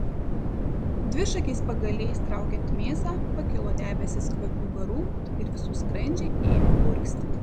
dvišakiais pagaliais traukiant mėsą pakilo debesys kvapių garų ir visų skrandžiai ėmė urgzti